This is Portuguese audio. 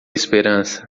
esperança